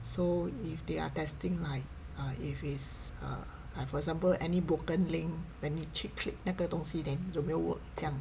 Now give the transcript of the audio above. so if they are testing like err if is a like for example any broken link then 你去 click 那个东西 then 有没有 work 这样